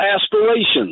aspirations